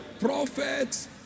prophets